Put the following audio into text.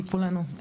סיפרו לנו,